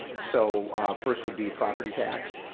so first would be property tax,